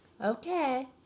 Okay